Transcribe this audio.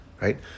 right